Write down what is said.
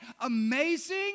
amazing